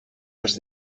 els